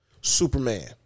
Superman